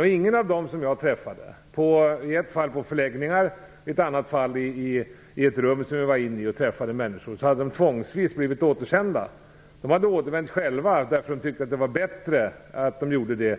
Men ingen av dem som jag träffade - i ett fall på en förläggning och i ett annat på ett rum - hade tvångsvis blivit återsänd. De här personerna hade återvänt själva, därför att de tyckte att det var bättre att göra så. Det gällde